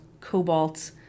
Cobalt